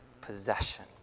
possession